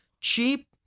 cheap